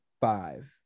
five